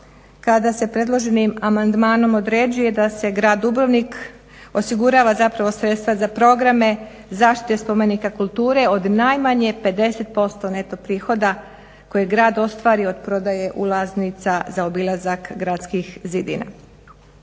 kada se predloženim amandmanom određuje da se grad Dubrovnik osigurava zapravo sredstva za programe zaštite spomenika kulture od najmanje 50% neto prihoda koje grad ostvari od prodaje ulaznica za obilazak gradskih zidina.